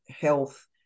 health